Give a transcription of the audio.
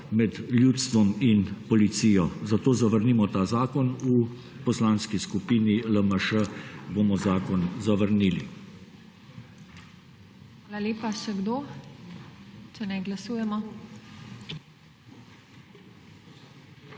med ljudstvom in policijo. Zato zavrnimo ta zakon. V Poslanski skupini LMŠ bomo zakon zavrnili.